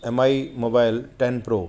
mi mobile ten pro